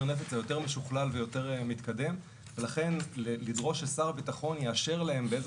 הנפץ היותר משוכלל ויותר מתקדם ולכן לדרוש ששר הביטחון יאשר להם באיזה